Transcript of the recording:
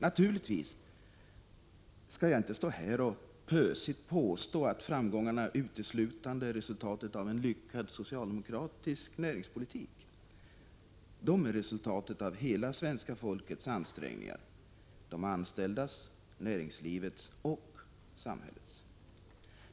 Naturligtvis skall jag inte stå här och pösigt påstå att framgångarna uteslutande är resultatet av en lyckad socialdemokratisk näringspolitik. De är resultatet av hela svenska folkets ansträngningar, de anställdas, näringslivets och samhällets.